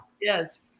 Yes